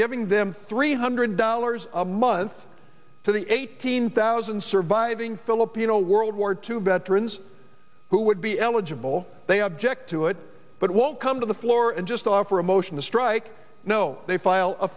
giving them three hundred dollars a month to the eighteen thousand surviving filipino world war two veterans who would be eligible they object to it but won't come to the floor and just offer a motion to strike no they file a